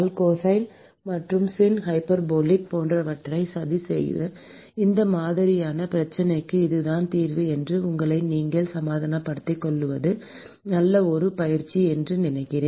cosine மற்றும் sin hyperbolic போன்றவற்றைச் சதி செய்து இந்த மாதிரியான பிரச்சனைக்கு இதுதான் தீர்வு என்று உங்களை நீங்களே சமாதானப்படுத்திக்கொள்வது ஒரு நல்ல பயிற்சி என்று நினைக்கிறேன்